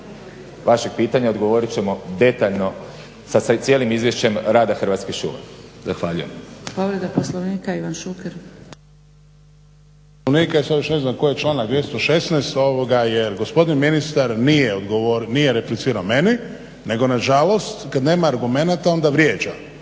vašeg pitanja odgovorit ćemo detaljno sa cijelim izvješćem rada Hrvatskim šuma. Zahvaljujem. **Zgrebec, Dragica (SDP)** Povreda Poslovnika Ivan Šuker. **Šuker, Ivan (HDZ)** Sad još ne znam koji je članak 216. jer gospodin ministar nije odgovorio, nije replicirao meni nego nažalost kad nema argumenata onda vrijeđa